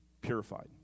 purified